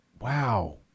wow